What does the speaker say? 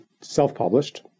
self-published